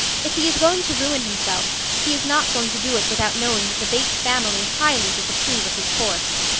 if he is going to ruin himself, he is not going to do it without knowing that the bates family highly disapprove of his course.